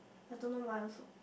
I don't know why also